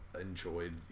enjoyed